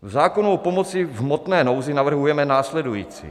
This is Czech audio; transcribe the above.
V zákonu o pomoci v hmotné nouzi navrhujeme následující.